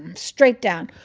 and straight down.